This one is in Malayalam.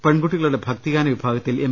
പെൺകുട്ടികളുടെ ഭക്തിഗാന വിഭാഗത്തിൽ എം